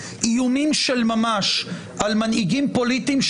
איומים של ממש על מנהיגים פוליטיים,